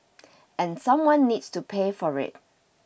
and someone needs to pay for it